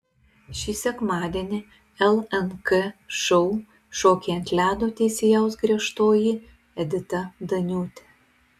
šį sekmadienį lnk šou šokiai ant ledo teisėjaus griežtoji edita daniūtė